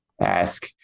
ask